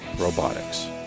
robotics